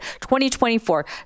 2024